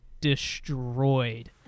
destroyed